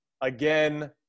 again